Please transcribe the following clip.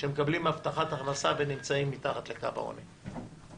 שמקבלים הבטחת הכנסה ונמצאים מתחת לקו העוני.